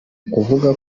kuvuga